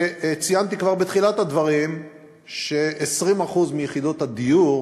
וציינתי כבר בתחילת הדברים ש-20% מיחידות הדיור